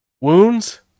wounds